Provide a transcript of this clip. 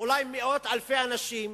ואולי מאות אלפי אנשים